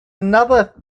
another